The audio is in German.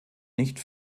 nicht